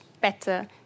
better